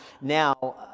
now